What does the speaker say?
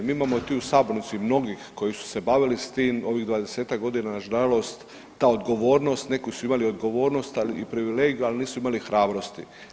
Mi imamo i u tu u sabornici mnogih koji su se bavili s tim, ovih 20-ak godina, nažalost ta odgovornost, neko su imali odgovornost, ali i privilegiju, ali nisu imali hrabrosti.